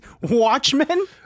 Watchmen